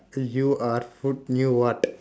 you are food new what